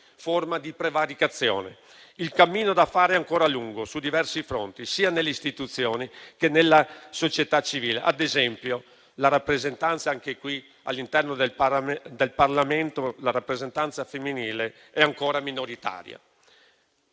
forma di prevaricazione. Il cammino da fare è ancora lungo su diversi fronti, sia nelle istituzioni che nella società civile. Ad esempio, anche all'interno del Parlamento, la rappresentanza femminile è ancora minoritaria.